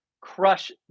crush